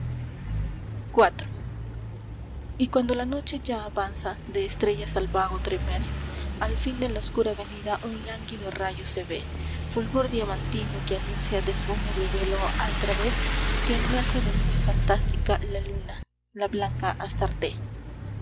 iv y cuando la noche ya avanza de estrellas al vago tremer al fin de la oscura avenida un lánguido rayo se ve fulgor diamantino que anuncia de fúnebre velo al través que